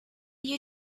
you